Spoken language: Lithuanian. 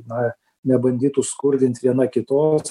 na nebandytų skurdint viena kitos